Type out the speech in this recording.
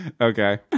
okay